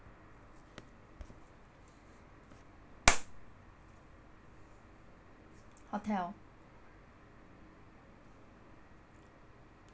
hotel